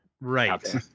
right